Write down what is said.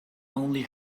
only